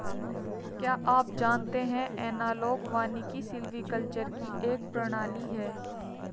क्या आप जानते है एनालॉग वानिकी सिल्वीकल्चर की एक प्रणाली है